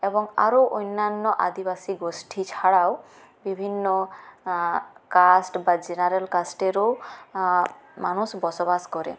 এবং আরও অন্যান্য আদিবাসী গোষ্ঠী ছাড়াও বিভিন্ন কাস্ট বা জেনারেল কাস্টেরও মানুষ বসবাস করে